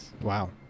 Wow